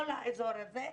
כל האזור הזה,